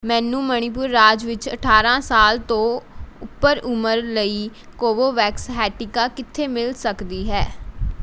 ਮੈਨੂੰ ਮਣੀਪੁਰ ਰਾਜ ਵਿੱਚ ਅਠਾਰਾਂ ਸਾਲ ਤੋਂ ਉਪਰ ਉਮਰ ਲਈ ਕੋਵੋਵੈਕਸ ਹੈ ਟੀਕਾ ਕਿੱਥੇ ਮਿਲ ਸਕਦੀ ਹੈ